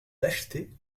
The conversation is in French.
l’acheter